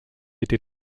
été